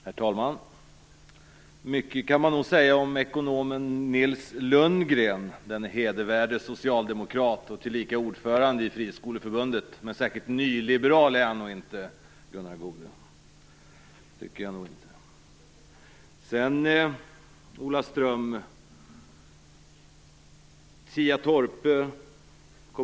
Herr talman! Mycket kan man säga om ekonomen Nils Lundgren, denne hedervärde socialdemokrat och tillika ordförande i Friskolornas riksförbund, men särskilt nyliberal är han nog inte, Gunnar Goude.